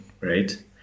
right